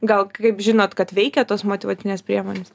gal kaip žinot kad veikia tos motyvacinės priemonės